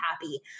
happy